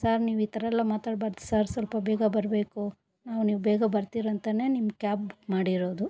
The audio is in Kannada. ಸರ್ ನೀವು ಈ ಥರಯೆಲ್ಲ ಮಾತಾಡ್ಬಾರ್ದು ಸರ್ ಸ್ವಲ್ಪ ಬೇಗ ಬರಬೇಕು ನಾವು ನೀವು ಬೇಗ ಬರ್ತೀರಂತಲೇ ನಿಮ್ಮ ಕ್ಯಾಬ್ ಬುಕ್ ಮಾಡಿರೋದು